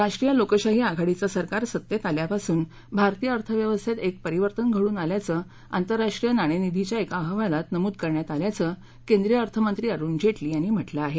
राष्ट्रीय लोकशाही आघाडीचं सरकार सत्तेत आल्यापासून भारतीय अर्थव्यवस्थेत एक परिवर्तन घडून आल्याचं आंतरराष्ट्रीय नाणेनिधीच्या एक अहवालात नमूद करण्यात आल्याचं केंद्रीय अर्थमंत्री अरुण जेटली यांनी म्हटलं आहे